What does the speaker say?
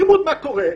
לימוד מה קורה.